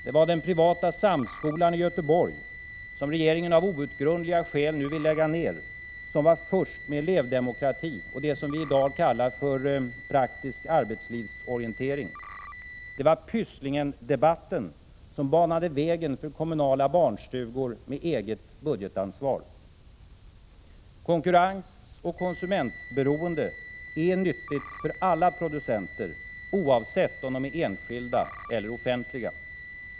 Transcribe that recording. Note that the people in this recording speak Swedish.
Det var den privata Samskolan i Göteborg, som regeringen av outgrundliga skäl nu vill lägga ned, som var först med elevdemokrati och det som vi i dag kallar praktisk arbetslivsorientering. Det var Pysslingendebatten som banade vägen för kommunala barnstugor med eget budgetansvar. Konkurrens och konsumentberoende är nyttigt för alla producenter, oavsett om de är enskilda eller offentliga.